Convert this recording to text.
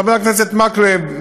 חבר הכנסת מקלב,